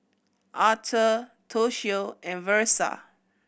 Aurthur Toshio and Versa